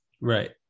Right